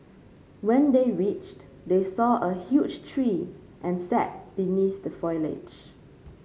when they reached they saw a huge tree and sat beneath the foliage